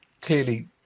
clearly